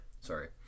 Sorry